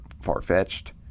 far-fetched